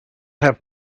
have